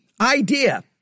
idea